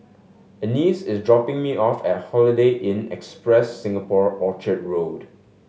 Anice is dropping me off at Holiday Inn Express Singapore Orchard Road